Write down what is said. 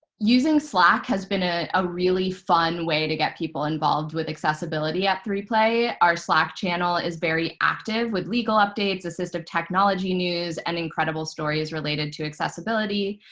using slack has been a ah really fun way to get people involved with accessibility at three play. our slack channel is very active with legal updates, assistive technology news, and incredible stories related to accessibility.